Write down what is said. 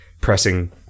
pressing